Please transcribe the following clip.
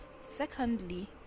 Secondly